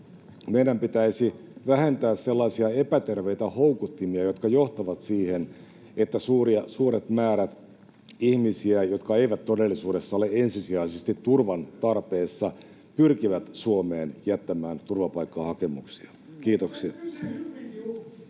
Meidän pitäisi vähentää sellaisia epäterveitä houkuttimia, jotka johtavat siihen, että suuret määrät ihmisiä, jotka eivät todellisuudessa ole ensisijaisesti turvan tarpeessa, pyrkivät Suomeen jättämään turvapaikkahakemuksia. — Kiitoksia.